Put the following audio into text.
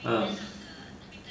uh